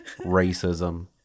Racism